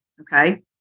okay